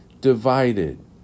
divided